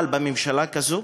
אבל בממשלה כזאת,